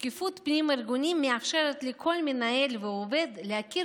שקיפות פנים-ארגונית מאפשרת לכל מנהל ועובד להכיר